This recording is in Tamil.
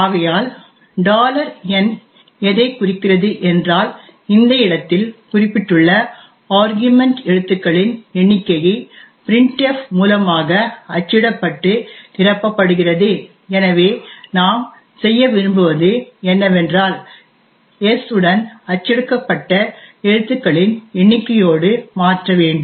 ஆகையால் n எதை குறிக்கிறது என்றால் இந்த இடத்தில் குறிப்பிட்டுள்ள ஆர்கியுமென்ட் எழுத்துக்களின் எண்ணிக்கையை printf மூலமாக அச்சிடப்பட்டு நிரப்பப்படுகிறது எனவே நாம் செய்ய விரும்புவது என்னவென்றால் s உடன் அச்சடிக்கப்பட்ட எழுத்துக்களின் எண்ணிக்கையோடு மாற்ற வேண்டும்